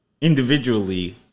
individually